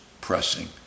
pressing